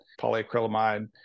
polyacrylamide